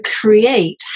create